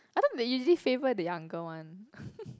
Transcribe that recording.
I thought they usually favour the younger one